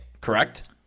correct